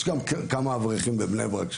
יש גם כמה אברכים בבני ברק,